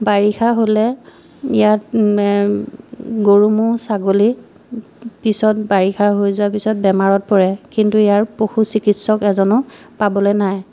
বাৰিষা হ'লে ইয়াত গৰু ম'হ ছাগলী পিছত বাৰিষা হৈ যোৱাৰ পিছত বেমাৰত পৰে কিন্তু ইয়াৰ পশু চিকিৎসক এজনো পাবলে নাই